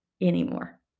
anymore